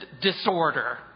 disorder